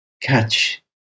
catch